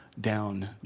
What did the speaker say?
down